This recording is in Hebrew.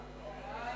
שתקבע